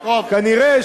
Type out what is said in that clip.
כנראה,